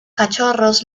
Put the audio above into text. cachorros